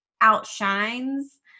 outshines